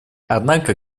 однако